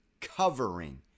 covering